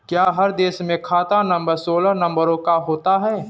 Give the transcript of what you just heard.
क्या हर देश में खाता नंबर सोलह नंबरों का होता है?